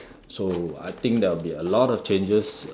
so I think there will be a lot of changes